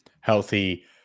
healthy